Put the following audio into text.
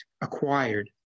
acquired